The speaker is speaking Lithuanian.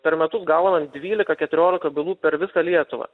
per metus gaunam dvylika keturiolika bylų per visą lietuvą